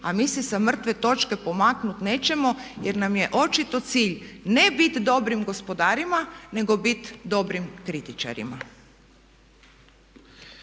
a mi se sa mrtve točke pomaknuti nećemo jer nam je očito cilj ne biti dobrim gospodarima nego biti dobrim kritičarima.